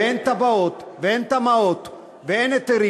ואין תב"עות ואין תמ"אות ואין היתרים,